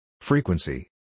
Frequency